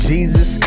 Jesus